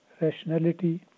Rationality